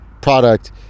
product